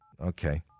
Okay